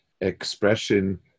expression